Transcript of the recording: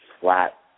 flat